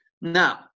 Now